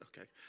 Okay